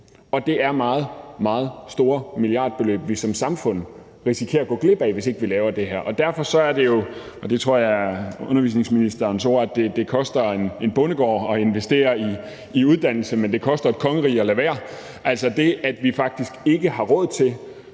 er meget, meget store milliardbeløb, vi som samfund risikerer at gå glip af, hvis vi ikke laver det her. Derfor – det tror jeg er undervisningsministerens ord – koster det en bondegård at investere i uddannelse, men det koster et kongerige at lade være. Altså, det, at vi faktisk ikke har råd til